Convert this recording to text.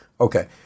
Okay